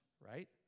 right